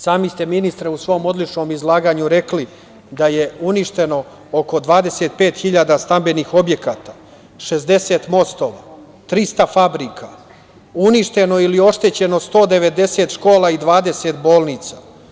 Sami ste, ministre, u svom odličnom izlaganju rekli da je uništeno oko 25.000 stambenih objekata, 60 mostova, 300 fabrika, uništeno ili oštećeno 190 škola i 20 bolnica.